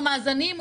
מאזנים,